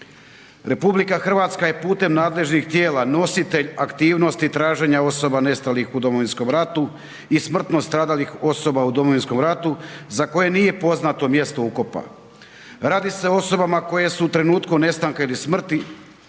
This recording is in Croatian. RH je putem nadležnih tijela nositelj aktivnosti traženja osoba nestalih u Domovinskom ratu i smrtno stradalih osoba u Domovinskom ratu za koje nije poznato mjesto ukopa. Radi se o osobama koje su u trenutku nestanka ili smrti